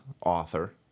author